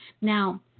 Now